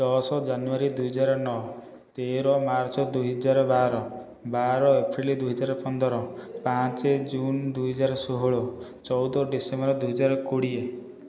ଦଶ ଜାନୁଆରୀ ଦୁଇ ହଜାର ନଅ ତେର ମାର୍ଚ୍ଚ ଦୁଇ ହଜାର ବାର ବାର ଏପ୍ରିଲ ଦୁଇ ହଜାର ପନ୍ଦର ପାଞ୍ଚେ ଜୁନ ଦୁଇ ହଜାର ଷୋହଳ ଚଉଦ ଡିସେମ୍ବର ଦୁଇ ହଜାର କୋଡ଼ିଏ